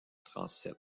transept